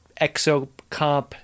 exocomp